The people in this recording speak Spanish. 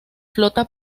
flota